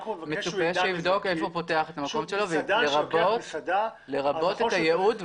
מצופה שיבדוק איפה הוא פותח את המקום שלו ושידע לרבות את הייעוד.